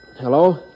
Hello